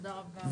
תודה רבה.